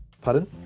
Pardon